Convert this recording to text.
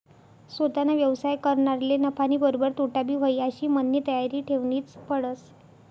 सोताना व्यवसाय करनारले नफानीबरोबर तोटाबी व्हयी आशी मननी तयारी ठेवनीच पडस